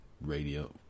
Radio